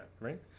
right